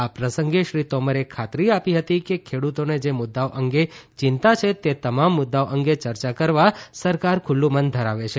આ પ્રસંગે શ્રી તોમરે ખાતરી આપી હતી કે ખેડૂતોને જે મુદ્દાઓ અંગે ચિંતા છે તે તમામ મુદ્દાઓ અંગે ચર્ચા કરવા સરકાર ખુલ્લુ મન ધરાવે છે